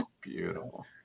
Beautiful